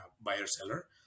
buyer-seller